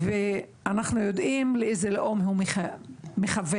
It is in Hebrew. ואנחנו יודעים לאיזה לאום הוא מכוון.